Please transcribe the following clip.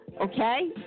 okay